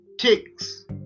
Ticks